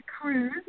cruise